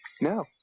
No